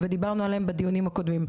ודיברנו עליהם בדיונים הקודמים.